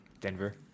denver